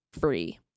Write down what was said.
free